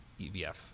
EVF